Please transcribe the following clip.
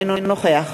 אינו נוכח